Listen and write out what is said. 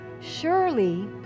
Surely